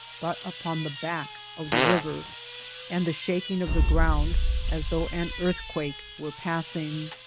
but upon the back of the river and the shaking of the ground as though an earthquake were passing.